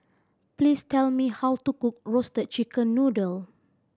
please tell me how to cook Roasted Chicken Noodle